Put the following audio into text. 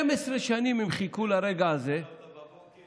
12 שנים הם חיכו לרגע הזה, קמת בבוקר?